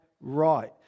right